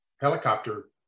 helicopter